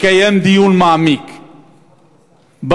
לקיים דיון מעמיק בנושא,